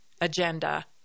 agenda